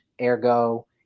ergo